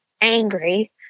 angry